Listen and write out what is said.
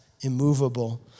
immovable